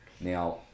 Now